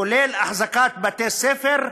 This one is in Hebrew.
כולל אחזקת בתי-ספר,